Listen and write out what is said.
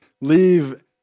leave